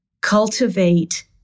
cultivate